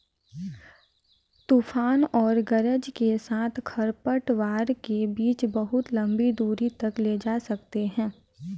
तूफान और गरज के साथ खरपतवार के बीज बहुत लंबी दूरी तक ले जा सकते हैं